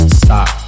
stop